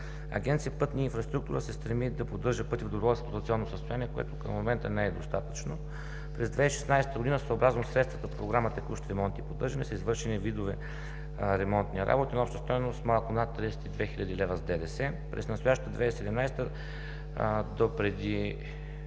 Агенция „Пътна инфраструктура“ се стреми да поддържа пътя с добро експлоатационно състояние, което към момента не е достатъчно. През 2016 г. съобразно средствата в програма „Текущ ремонт и поддържане“ са извършени видове ремонтни работи на обща стойност малко над 32 хил. лв. с ДДС. През настоящата 2017 г. допреди